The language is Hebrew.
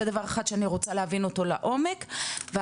זה דבר אחד שאני רוצה להבין אותו לעומק והדבר